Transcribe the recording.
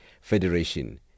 Federation